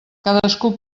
cadascú